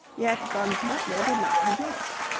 yet bugs butler did not rejoice.